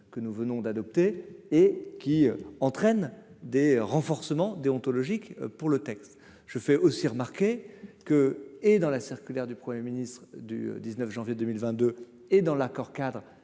que nous venons d'adopter et qui entraîne des renforcements déontologique pour le texte, je fais aussi remarquer que, et dans la circulaire du Premier Ministre du 19 janvier 2000 22 et dans l'accord-cadre